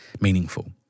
meaningful